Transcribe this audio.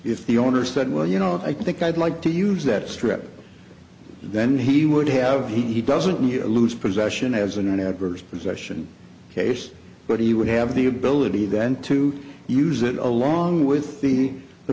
if the owner said well you know i think i'd like to use that strip and then he would have he doesn't need to lose possession as an adverse possession case but he would have the ability then to use it along with the the